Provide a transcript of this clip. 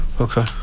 okay